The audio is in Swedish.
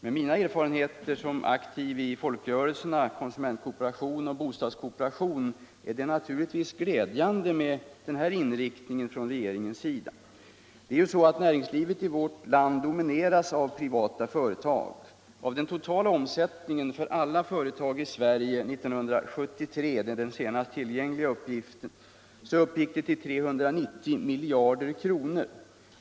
Med mina erfarenheter som aktiv i folkrörelserna konsumentkooperationen och bostadskooperationen finner jag det naturligtvis glädjande med denna inriktning från regeringens sida. Näringslivet i vårt land domincras av privata företag. Den totala omsättningen för alla företag i Sverige 1973 — det är den senaste tillgängliga uppgiften — uppgick till 390 miljarder kronor.